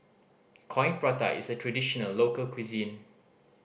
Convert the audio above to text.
Coin Prata is a traditional local cuisine